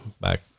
back